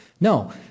No